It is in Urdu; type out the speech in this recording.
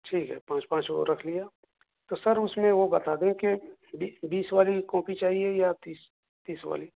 ٹھیک ہے پانچ پانچ وہ رکھ لیا تو سر اس میں وہ بتا دیں کی بیس والی کاپی چاہیے یا تیس والی